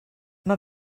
mae